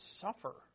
suffer